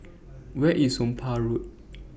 Where IS Somapah Road